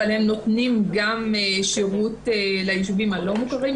אבל הם נותנים שירות גם לישובים הלא מוכרים,